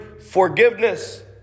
forgiveness